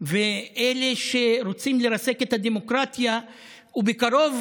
ואלה שרוצים לרסק את הדמוקרטיה ובקרוב